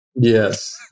Yes